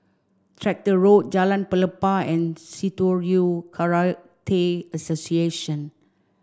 Tractor Road Jalan Pelepah and Shitoryu Karate Association